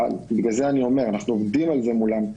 בגלל זה אני אומר שאנחנו עובדים על זה מולן.